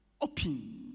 open